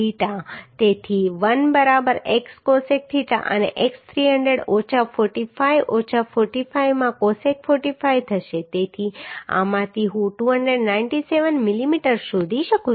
તેથી l બરાબર x cosec theta અને x 300 ઓછા 45 ઓછા 45 માં કોસેક 45 થશે તેથી આમાંથી હું 297 mm શોધી શકું છું